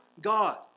God